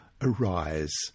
arise